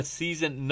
season